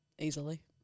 Easily